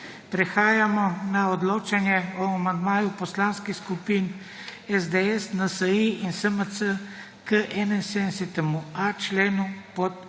Prehajamo na odločanje o amandmaju poslanskih skupin SDS, NSi in SMC k 62. členu.